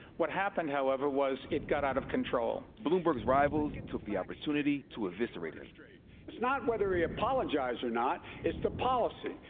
what happened, however, was it got out of control. bloomberg's rivals took the opportunity to eviscerate him. it's not whether he apologized or not. it's the policy.